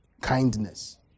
Kindness